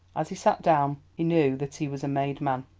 as he sat down, he knew that he was a made man.